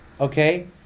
Okay